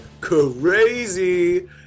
crazy